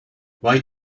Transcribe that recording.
why